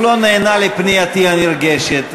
הוא לא נענה לפנייתי הנרגשת,